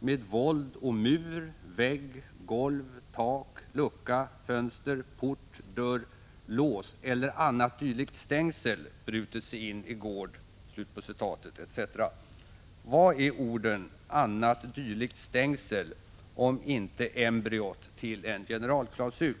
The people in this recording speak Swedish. ”med våld å mur, vägg, golv, tak, lucka, fönster, port, dörr, lås eller annat dylikt stängsel brutit sig in i gård” etc. Vad är orden ”annat dylikt stängsel” om inte embryot till en generalklausul?